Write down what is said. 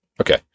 Okay